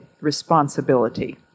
responsibility